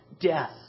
death